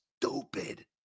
stupid